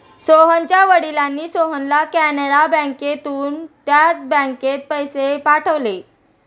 सोहनच्या वडिलांनी सोहनला कॅनरा बँकेतून त्याच बँकेत पैसे पाठवले